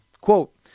quote